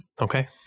Okay